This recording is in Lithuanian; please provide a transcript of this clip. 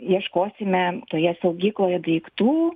ieškosime toje saugykloje daiktų